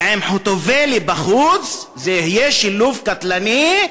ועם חוטובלי בחוץ זה יהיה שילוב קטלני,